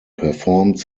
performed